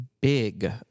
big